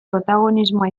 protagonismoa